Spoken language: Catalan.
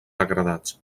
degradats